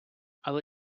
але